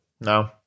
no